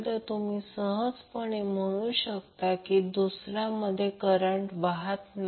तर सहज आपण असे समजू या की दुसऱ्यामध्ये करंट वाहत नाही